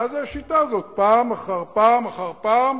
מה זו השיטה הזאת, פעם אחר פעם אחר פעם